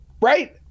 Right